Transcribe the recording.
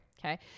Okay